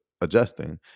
adjusting